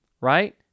right